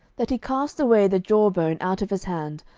that he cast away the jawbone out of his hand,